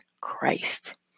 Christ